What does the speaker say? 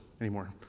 anymore